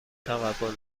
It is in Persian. تقبل